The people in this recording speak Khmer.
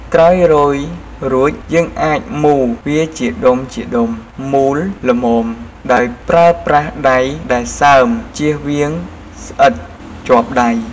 ក្រោយរោយរួចយើង អាចមូរវាជាដុំៗមូលល្មមដោយប្រើប្រាស់ដៃដែលសើមជៀសវៀងស្អិតជាប់ដៃរ។